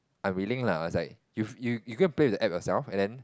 unwilling lah I was like you you you go and play the app yourself and then